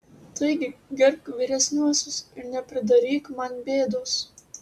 taigi gerbk vyresniuosius ir nepridaryk man bėdos